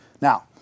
Now